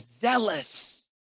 zealous